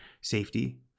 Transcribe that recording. safety